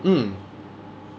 mm